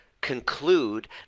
conclude